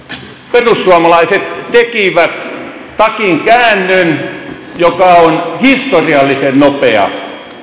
perussuomalaiset tekivät takinkäännön joka on historiallisen nopea